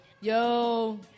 yo